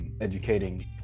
educating